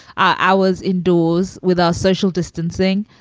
i was indoors with our social distancing.